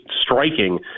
striking